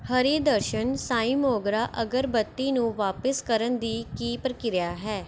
ਹਰੀ ਦਰਸ਼ਨ ਸਾਈਂ ਮੋਗਰਾ ਅਗਰਬੱਤੀ ਨੂੰ ਵਾਪਿਸ ਕਰਨ ਦੀ ਕੀ ਪ੍ਰਕਿਰਿਆ ਹੈ